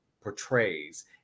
portrays